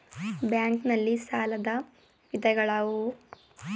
Bank ನಲ್ಲಿ ಸಾಲದ ವಿಧಗಳಾವುವು?